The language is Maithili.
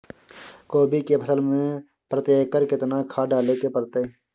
कोबी के फसल मे प्रति एकर केतना खाद डालय के परतय?